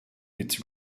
its